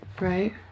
Right